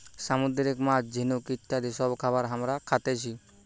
সামুদ্রিক মাছ, ঝিনুক ইত্যাদি সব খাবার হামরা খাতেছি